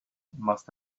must